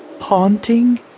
haunting